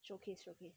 showcase showcase